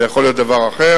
זה יכול להיות דבר אחר.